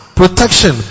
protection